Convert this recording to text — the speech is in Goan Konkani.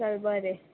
चल बरें